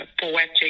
poetic